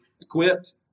Equipped